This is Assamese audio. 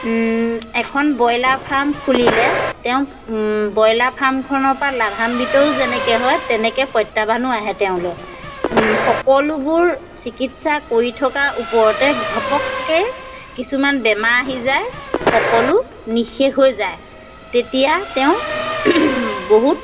এখন ব্ৰইলাৰ ফাৰ্ম খুলিলে তেওঁৰ ব্ৰইলাৰ ফাৰ্মখনৰপৰা লাভাম্বিতও যেনেকৈ হয় প্ৰত্যাহ্বানো আহে তেওঁলৈ সকলোবোৰ চিকিৎসা কৰি থকাৰ ওপৰতে ঘপককৈ কিছুমান বেমাৰ আহি যায় সকলো নিঃশেষ হৈ যায় তেতিয়া তেওঁ বহুত